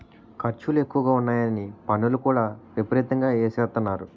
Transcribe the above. ఖర్చులు ఎక్కువగా ఉన్నాయని పన్నులు కూడా విపరీతంగా ఎసేత్తన్నారు